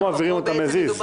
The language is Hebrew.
לא מעבירים אותם as is.